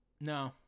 No